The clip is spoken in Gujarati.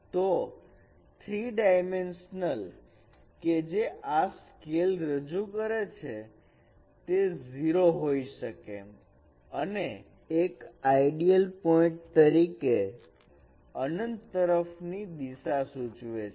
તો 3 ડાયમેન્શનલ કે જે આ સ્કેલ રજૂ કરે છે તે 0 હોઈ શકે અને એક આઈડિઅલ પોઇન્ટ તરીકે અનંત તરફની દિશા સૂચવે છે